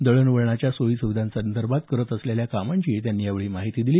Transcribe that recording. दळणवळणाच्या सोयी सुविधांसंदर्भात करत असलेल्या कामाची त्यांनी यावेळी माहिती दिली